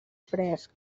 fresc